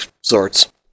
sorts